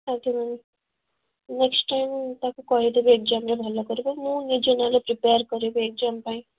ଆଜ୍ଞା ma'am next time ତାକୁ କହିଦେବେ ଏଗ୍ଜାମ୍ରେ ଭଲ କରିବ ମୁଁ ନିଜେ ନହେଲେ ପ୍ରିପେୟାର କରିବି ଏଗ୍ଜାମ୍ ପାଇଁ